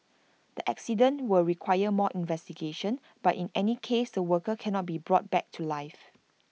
the accident will require more investigation but in any case the worker cannot be brought back to life